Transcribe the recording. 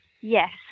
Yes